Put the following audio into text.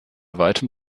weitem